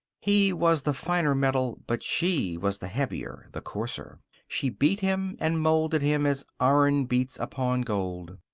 he was the finer metal, but she was the heavier, the coarser. she beat him and molded him as iron beats upon gold.